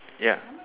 yeah